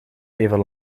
even